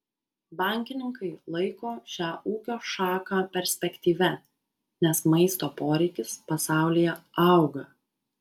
bankininkai laiko šią ūkio šaką perspektyvia nes maisto poreikis pasaulyje auga